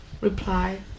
Reply